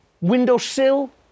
windowsill